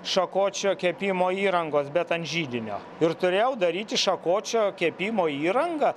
šakočio kepimo įrangos bet ant židinio ir turėjau daryti šakočio kepimo įrangą